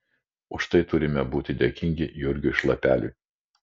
už tai turime būti dėkingi jurgiui šlapeliui